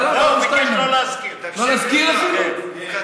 לא, הוא ביקש שלא להזכיר.